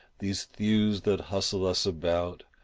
these thews that hustle us about,